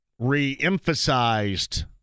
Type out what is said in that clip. re-emphasized